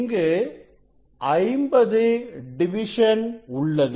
இங்கு 50 டிவிஷன் உள்ளது